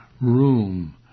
room